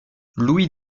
louis